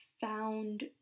found